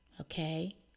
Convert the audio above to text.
Okay